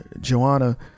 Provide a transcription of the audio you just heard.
Joanna